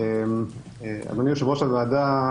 אדוני יושב-ראש הוועדה,